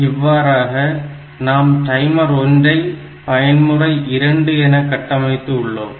இவ்வாறாக நாம் டைமர் 1 ஐ பயன்முறை 2 என கட்டமைத்து உள்ளோம்